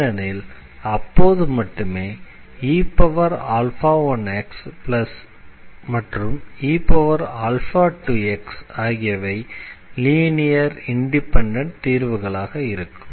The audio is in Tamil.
ஏனெனில் அப்போது மட்டுமே e1x மற்றும் e2x ஆகியவை லீனியர் இண்டிபெண்டண்ட் தீர்வுகளாக இருக்கும்